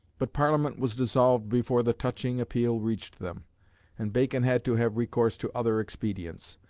but parliament was dissolved before the touching appeal reached them and bacon had to have recourse to other expedients.